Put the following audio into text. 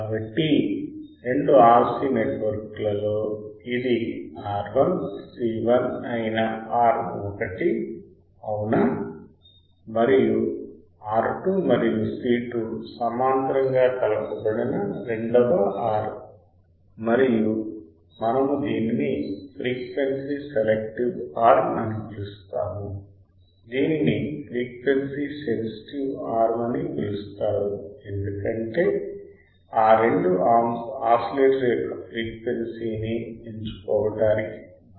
కాబట్టి రెండు RC network లలో ఇది R1 C1 అయిన ఆర్మ్ ఒకటి అవునా మరియు R2 మరియు C2 సమాంతరంగా కలపబడిన రెండవ ఆర్మ్ మరియు మనము దీనిని ఫ్రీక్వెన్సీ సెలెక్టివ్ ఆర్మ్స్ అని పిలుస్తాము దీనిని ఫ్రీక్వెన్సీ సెన్సిటివ్ ఆర్మ్స్ అని పిలుస్తారు ఎందుకంటే ఆ రెండు అర్మ్స్ ఆసిలేటర్ యొక్క ఫ్రీక్వెన్సీని ఎంచుకోవడానికి బాధ్యత వహిస్తాయి